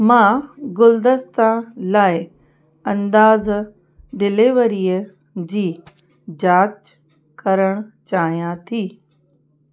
मां गुलदस्ता लाइ अंदाज़ु डिलेवरीअ जी जांचु करणु चाहियां थी